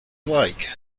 like